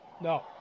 No